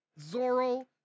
Zoro